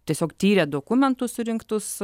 tiesiog tyrė dokumentus surinktus